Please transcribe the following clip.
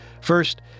First